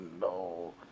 no